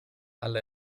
alle